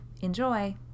Enjoy